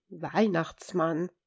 Weihnachtsmann